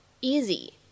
easy